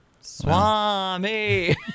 Swami